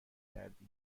کردی